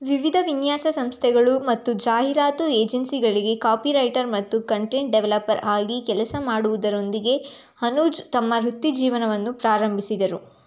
ವಿವಿಧ ವಿನ್ಯಾಸ ಸಂಸ್ಥೆಗಳು ಮತ್ತು ಜಾಹೀರಾತು ಏಜೆನ್ಸಿಗಳಿಗೆ ಕಾಪಿರೈಟರ್ ಮತ್ತು ಕಂಟೆಂಟ್ ಡೆವೆಲಪರ್ ಆಗಿ ಕೆಲಸ ಮಾಡುವುದರೊಂದಿಗೆ ಅನುಜ್ ತಮ್ಮ ವೃತ್ತಿಜೀವನವನ್ನು ಪ್ರಾರಂಭಿಸಿದರು